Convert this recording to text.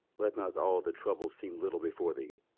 let not all the trouble seem little before thee,